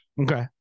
Okay